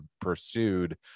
pursued